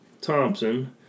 Thompson